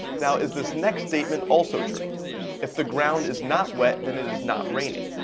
now, is this next statement also true if the ground is not wet then it is not raining